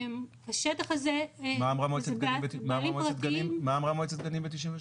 השטח הזה -- מה אמרה מועצת הגנים ב-93?